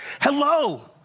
Hello